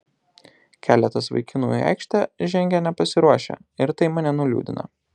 keletas vaikinų į aikštę žengę nepasiruošę ir tai mane nuliūdina